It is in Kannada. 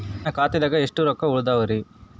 ನನ್ನ ಖಾತಾದಾಗ ಎಷ್ಟ ರೊಕ್ಕ ಉಳದಾವರಿ?